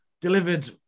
Delivered